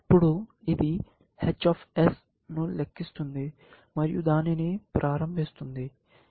అప్పుడు ఇది h ను లెక్కిస్తుంది మరియు దానిని ప్రారంభిస్తుంది